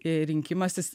ir rinkimasis